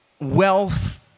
Wealth